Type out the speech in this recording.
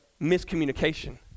miscommunication